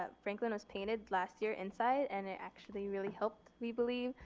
ah franklin was painted last year inside and it actually really helped we believe.